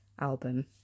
album